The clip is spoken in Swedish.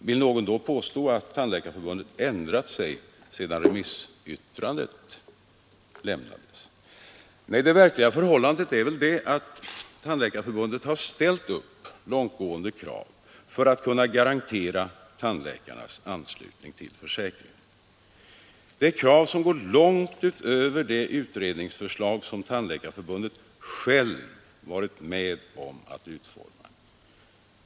Vill någon då påstå att Tandläkarförbundet ändrat sig sedan remissyttrandet lämnades? Nej, det verkliga förhållandet är det att Tandläkarförbundet har ställt upp långtgående krav för att kunna garantera tandläkarnas anslutning till försäkringen. Det är krav som går långt utöver det utredningsförslag som Tandläkarförbundet självt varit med om att utforma.